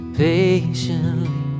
patiently